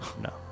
No